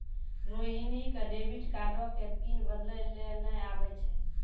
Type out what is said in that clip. रोहिणी क डेबिट कार्डो के पिन बदलै लेय नै आबै छै